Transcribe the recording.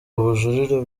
ubujurire